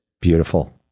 beautiful